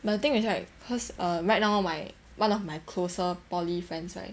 but the thing is right cause err right now my one of my closer poly friends right